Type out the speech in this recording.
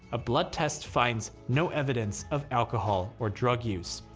a blood test finds no evidence of alcohol or drug use.